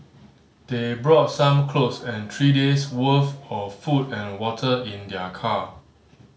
they brought some clothes and three days' worth of food and water in their car